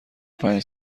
پنج